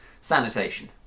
sanitation